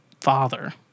father